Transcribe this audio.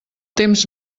temps